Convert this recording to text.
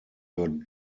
were